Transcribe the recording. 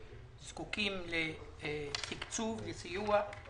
זקוקים לתקצוב ,לסיוע,